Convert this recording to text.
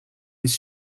his